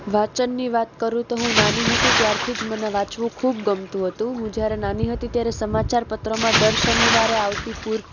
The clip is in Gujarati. વાંચનની વાત કરું તો હું નાની હતી ત્યારથી જ મને વાંચવું ખૂબ ગમતું હતું હું જ્યારે નાની હતી ત્યારે સમાચાર પત્રમાં દર શનિવારે આવતી પૂર્તિ